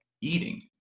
eating